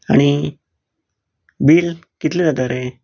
आनी बील कितले जाता रे